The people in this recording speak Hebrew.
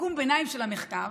סיכום ביניים של המחקר: